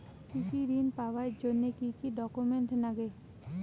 কৃষি ঋণ পাবার জন্যে কি কি ডকুমেন্ট নাগে?